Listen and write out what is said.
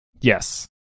Yes